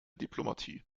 diplomatie